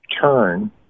turn